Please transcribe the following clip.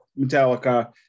Metallica